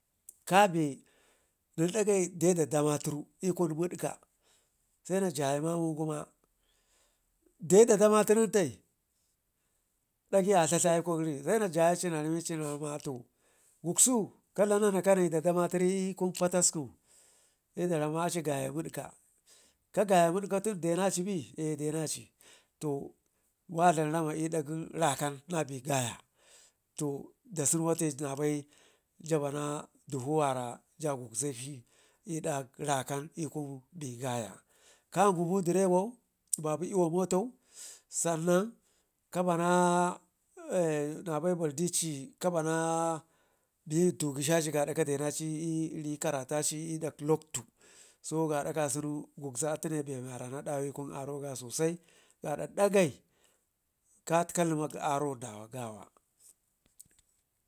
kabe nen dakai de da damaturu l'kun wudka se na jayi mamugu mo de da damaturun tai dagə a tlatli aikwakgəri sen a jayaci naramicii mato, gusku ka dlam nana kadda damaturu l'kun pataskum se daram ma aci gaye gud kagaye gudka tun denaci be eh denaci, to wadlam roma l'dak gən raka nabe gaya to dasun wate nabai jabana dullu wara ja gubzekshi l'dak rakan l'kun be gaya kagumu derebau babu l'wa motau sannan kabana nabai baddici kabana be lntu gheshaci gaada kadenaci iri karataci l'luktu atanebe miwara na dawe kun aroganai sosai gaada dakai kakta limak aroda gawa.